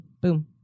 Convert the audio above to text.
boom